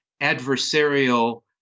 adversarial